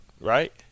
right